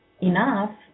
enough